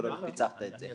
ולא פיצחת את זה.